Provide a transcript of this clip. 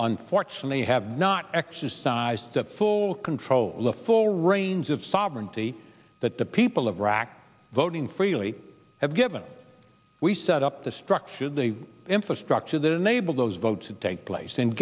unfortunately have not exercised the full control of the full range of sovereignty that the people of iraq voting freely have given we set up the structure the infrastructure that enabled those votes to take place and